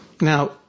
Now